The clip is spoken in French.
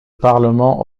parlement